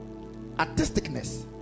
artisticness